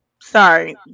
Sorry